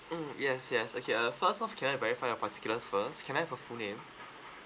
mm yes yes okay uh first of can I verify your particulars first can I have your full name